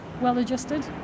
well-adjusted